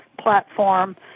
platform